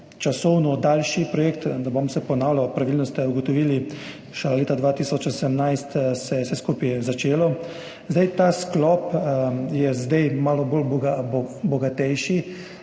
časovno daljši projekt. Ne bom se ponavljal, pravilno ste ugotovili, šele leta 2018 se je vse skupaj začelo. Ta sklop je zdaj malo bogatejši.